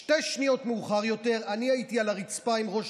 שתי שניות מאוחר יותר אני הייתי על הרצפה עם ראש